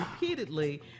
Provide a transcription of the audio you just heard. repeatedly